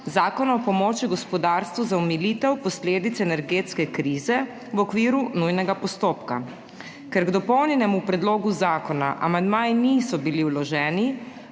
Zakona o pomoči gospodarstvu za omilitev posledic energetske krize v okviru nujnega postopka. Ker k dopolnjenemu predlogu zakona amandmaji niso bili vloženi,